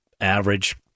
average